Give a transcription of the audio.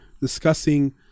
discussing